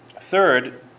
Third